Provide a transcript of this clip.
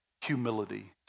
humility